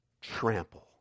trample